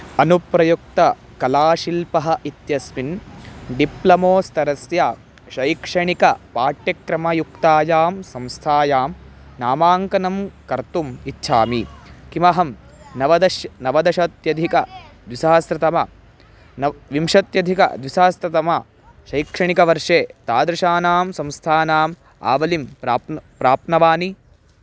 अनुप्रयुक्तकलाशिल्पः इत्यस्मिन् डिप्लमो स्तरस्य शैक्षणिकपाठ्यक्रमयुक्तायां संस्थायां नामाङ्कनं कर्तुम् इच्छामि किमहं नवदश नवदशाधिकद्विसहस्रतमः नवविंशत्यधिकद्विसहस्रतमशैक्षणिकवर्षे तादृशानां संस्थानाम् आवलिं प्राप्नुहि प्राप्नवानि